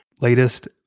latest